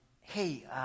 hey